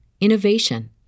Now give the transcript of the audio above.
innovation